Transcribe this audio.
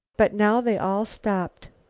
but now they all stopped.